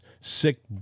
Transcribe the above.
sick